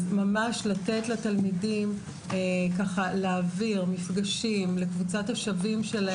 אז ממש לתת לתלמידים להעביר מפגשים לקבוצת השווים שלהם.